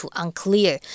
unclear